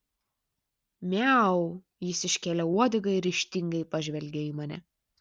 miau jis iškėlė uodegą ir ryžtingai pažvelgė į mane